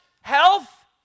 health